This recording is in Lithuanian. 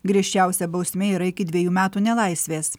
griežčiausia bausmė yra iki dvejų metų nelaisvės